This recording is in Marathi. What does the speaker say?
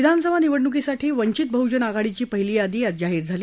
विधानसभा निवडणुकीसाठी वंचित बहजन आघाडीची पहिली आज यादी जाहीर झाली